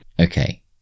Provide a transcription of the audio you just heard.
Okay